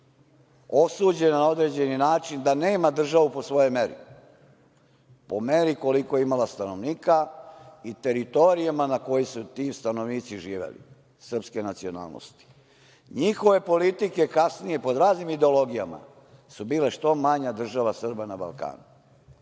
osuđeni na određeni način da nemaju državu po svojom meri, po meri koliko je imala stanovnika i teritorijama na kojima su ti stanovnici srpske nacionalnosti živeli. Njihove politike kasnije, pod raznim ideologijama, su bile što manja država Srba na Balkanu,